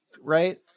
right